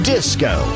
Disco